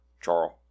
Charles